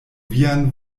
vian